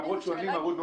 למרות שהוא עני מרוד?